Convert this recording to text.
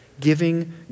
Giving